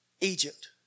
Egypt